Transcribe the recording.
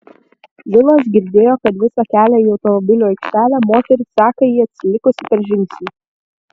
vilas girdėjo kad visą kelią į automobilių aikštelę moteris seka jį atsilikusi per žingsnį